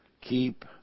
Keep